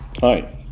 Hi